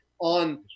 on